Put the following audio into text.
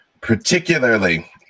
particularly